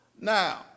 Now